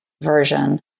version